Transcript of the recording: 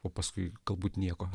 o paskui galbūt nieko